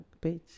page